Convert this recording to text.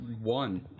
one